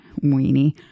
Weenie